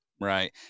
Right